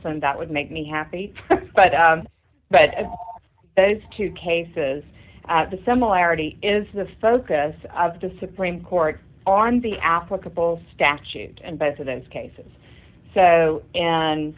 some that would make me happy but but those two cases the similarity is the focus of the supreme court on the applicable statute and both of those cases so and